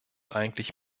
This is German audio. eigentlich